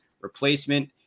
replacement